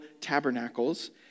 tabernacles